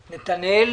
טוב,